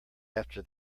after